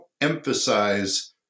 emphasize